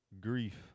grief